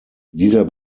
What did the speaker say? dieser